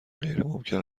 غیرممکن